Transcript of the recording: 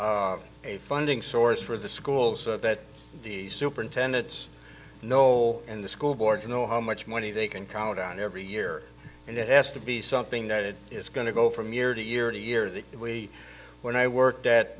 a funding source for the schools that the superintendents know and the school board to know how much money they can count on every year and it has to be something that is going to go from year to year to year the way when i worked